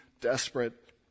desperate